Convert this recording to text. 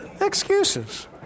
Excuses